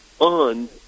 on